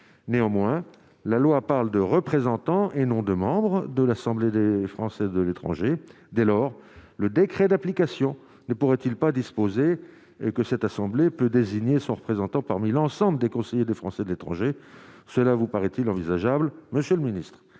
néanmoins la loi parle de représentants et non de membres de l'assemblée de française de l'étranger, dès lors, le décret d'application ne pourrait-il pas disposé et que cette assemblée peut désigner son représentant parmi l'ensemble des conseillers de Français de l'étranger, cela vous paraît-il envisageable, monsieur le Ministre,